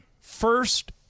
first